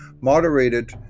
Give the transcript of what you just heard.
Moderated